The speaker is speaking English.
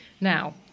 Now